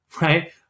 right